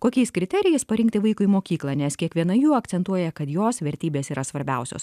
kokiais kriterijais parinkti vaikui mokyklą nes kiekviena jų akcentuoja kad jos vertybės yra svarbiausios